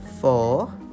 Four